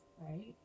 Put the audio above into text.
right